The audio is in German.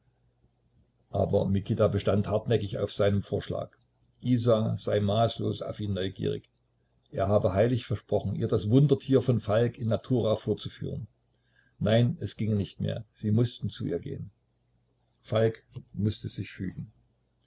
aber mikita bestand hartnäckig auf seinem vorschlag isa sei maßlos auf ihn neugierig er habe heilig versprochen ihr das wundertier von falk in natura vorzuführen nein es ginge nicht mehr sie mußten zu ihr gehen falk mußte sich fügen